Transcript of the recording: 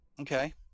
Okay